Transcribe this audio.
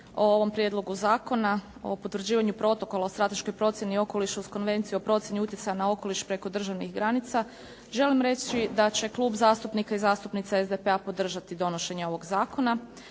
o ovom prijedlogu Zakona o potvrđivanju Protokola o strateškoj procjeni i okolišu uz Konvenciju o procjeni utjecaja na okoliš preko državnih granica, želim reći da će klub zastupnika i zastupnica SDP-a podržati donošenje ovog zakona.